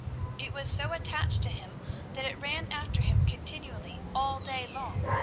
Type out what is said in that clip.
it was so attached to him that it ran after him continually all day long.